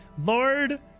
Lord